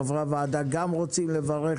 חברי הוועדה גם רוצים לברך.